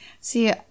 see